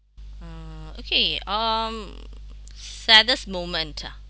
uh okay um saddest moment ah